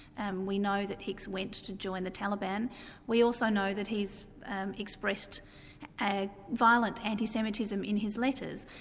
and we know that hicks went to join the taliban we also know that he's expressed a violent anti-semitism in his letters,